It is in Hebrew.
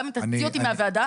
גם אם תוציא אותי מהוועדה,